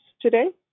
today